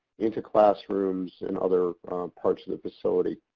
into classrooms, and other parts of the facility.